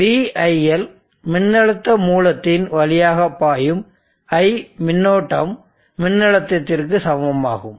எனவே VIL மின்னழுத்த மூலத்தின் வழியாக பாயும் I மின்னோட்டம் மின்னழுத்தத்திற்கு சமம் ஆகும்